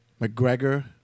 mcgregor